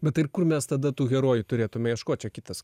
bet ir kur mes tada tų herojų turėtume ieškot čia kitas